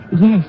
Yes